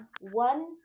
one